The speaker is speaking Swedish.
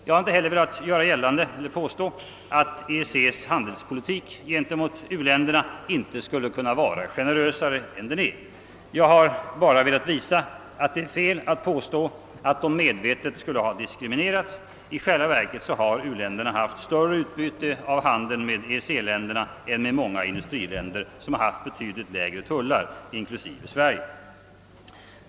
Jag har inte heller velat påstå, att EEC:s handelspolitik gentemot u-länderna inte skulle kunna vara generösare än den är; jag har bara velat visa att det är fel att påstå att de medvetet skulle ha diskriminerats. I själva verket har u-länderna haft större utbyte av handeln med EEC-länderna än med många industriländer som haft betydligt lägre tullar, inklusive Sverige.